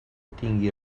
tingui